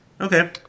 Okay